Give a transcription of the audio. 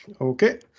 okay